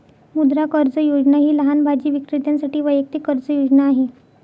मुद्रा कर्ज योजना ही लहान भाजी विक्रेत्यांसाठी वैयक्तिक कर्ज योजना आहे